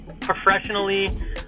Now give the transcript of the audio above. professionally